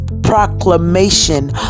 proclamation